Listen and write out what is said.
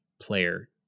player